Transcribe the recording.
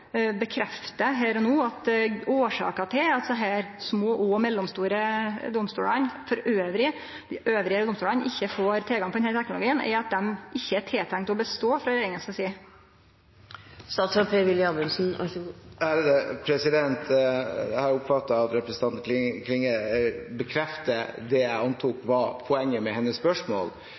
bekreftar her og no at årsaka til at desse små og mellomstore domstolane, dei andre domstolane, ikkje får tilgang til denne teknologien, er at ein frå regjeringa si side ikkje har tenkt at dei skal bestå. Jeg oppfatter at representanten Klinge bekrefter det jeg antok var poenget med hennes spørsmål.